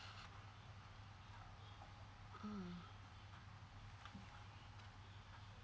mm